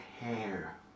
hair